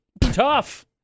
Tough